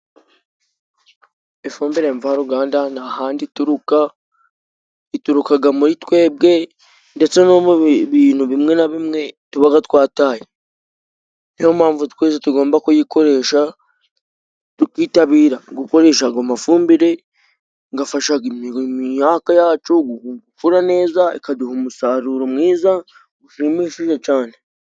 Ifumbire mvaruganda nta handi ituruka, iturukaga muri twebwe ndetse no mu bintu bimwe na bimwe tubaga twataye. Ni yo mpamvu twese tugomba kuyikoresha, tukitabira gukoreshaga amafumbire gafashaga imyaka gagakuraga neza, ikaduha umusaruro mwiza ushimishije cyane.